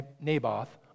Naboth